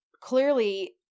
clearly